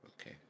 Okay